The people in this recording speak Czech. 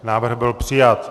Návrh byl přijat.